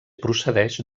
procedeix